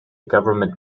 government